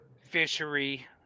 fishery